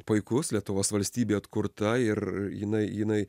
puikus lietuvos valstybė atkurta ir jinai jinai